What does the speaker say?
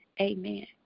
Amen